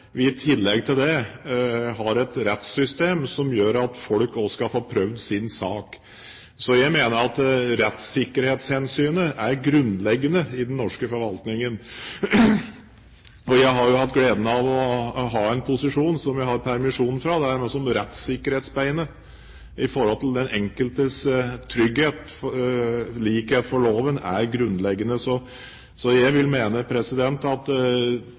vi i tillegg til det har et rettssystem som gjør at folk også skal få prøvd sin sak. Jeg mener at rettssikkerhetshensynet er grunnleggende i den norske forvaltningen. Jeg har jo hatt gleden av å ha en posisjon som jeg har permisjon fra, der rettssikkerhetsbeinet i forhold til den enkeltes trygghet, likhet for loven, er grunnleggende, så jeg vil mene at